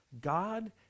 God